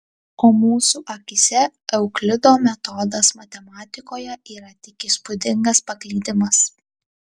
o mūsų akyse euklido metodas matematikoje yra tik įspūdingas paklydimas